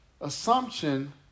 assumption